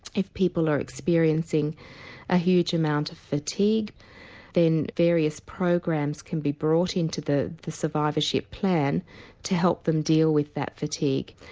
if people are experiencing a huge amount of fatigue then various programs can be brought into the the survivorship plan to help them deal with that fatigue.